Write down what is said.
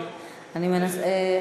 יש מנהלת, היא לא פה.